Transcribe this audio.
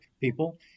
people